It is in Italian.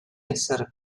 essere